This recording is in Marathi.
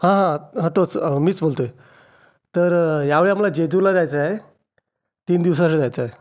हा हा हा तोच मीच बोलतोय तर यावेळी आम्हाला जेजुरला जायचं आहे तीन दिवसासाठी जायचं आहे